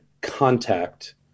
contact